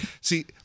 see